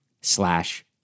slash